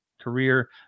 career